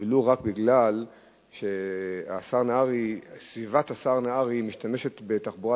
ולו רק בגלל שסביבת השר נהרי משתמשת בתחבורה